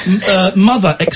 Mother